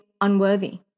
unworthy